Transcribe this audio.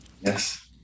Yes